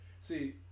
see